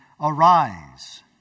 Arise